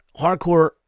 hardcore